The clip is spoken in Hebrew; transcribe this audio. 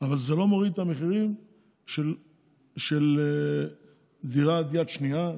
אבל זה לא מוריד את המחירים של דירת יד שנייה,